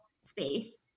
space